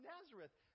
Nazareth